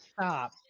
Stop